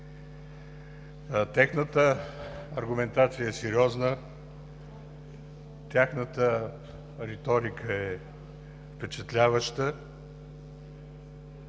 Тяхната аргументация е сериозна, тяхната риторика е впечатляваща.